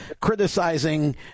criticizing